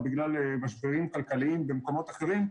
בגלל משברים כלכליים במקומות אחרים,